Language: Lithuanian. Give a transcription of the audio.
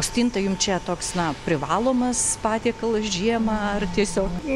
o stinta juk čia toks na privalomas patiekalas žiemą ar tiesiog